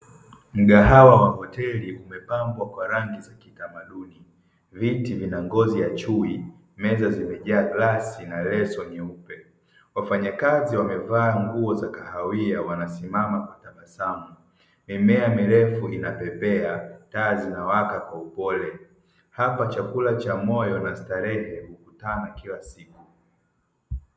Mgahawa wa hoteli umepambwa kwa rangi za kitamaduni, viti vina ngozi ya chuo, meza zimejaa glasi na leso nyeupe. Wafanyakazi wamevaa nguo za kahawia, wanasimama kwa tabasamu. Mimea mirefu inapepea, taa zinawaka kwa upole. Hapa chakula cha moyo na starehe hukutana kila siku.